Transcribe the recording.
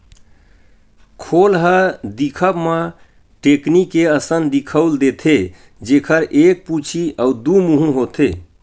खोल ह दिखब म टेकनी के असन दिखउल देथे, जेखर एक पूछी अउ दू मुहूँ होथे